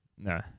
No